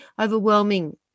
overwhelming